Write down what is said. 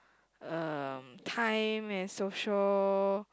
um time and social